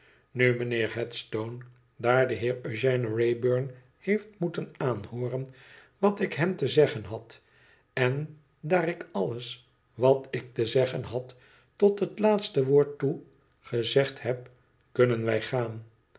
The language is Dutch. nu mijnheer headstone daar de heer eugène wrayburn heeft moeten aanhooren wat ik hem te zeggen had en daar ik alles wat ik te zeggen had tot het laatste woord toe gezegd heb kunnen wij gaan